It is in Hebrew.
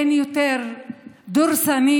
אין יותר דורסני,